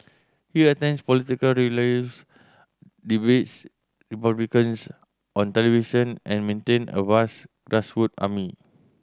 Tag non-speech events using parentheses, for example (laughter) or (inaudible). he attends political rallies debates Republicans on television and maintain a vast (unintelligible) army